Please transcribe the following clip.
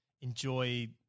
enjoy